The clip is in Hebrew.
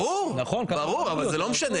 ברור, ברור, אבל זה לא משנה.